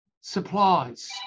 supplies